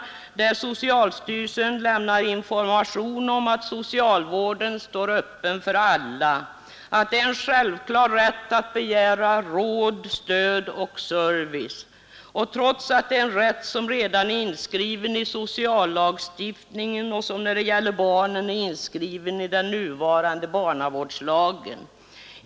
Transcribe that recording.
Där lämnar socialstyrelsen information om att socialvården står öppen för alla och att man har en självklar rätt att begära råd, stöd och service. Detta är en rätt som redan är inskriven i sociallagstiftningen — i den nuvarande barnavårdslagen när det gäller barnen.